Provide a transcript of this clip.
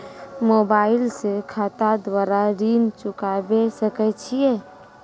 Mobile से खाता द्वारा ऋण चुकाबै सकय छियै?